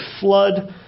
flood